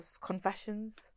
confessions